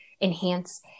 enhance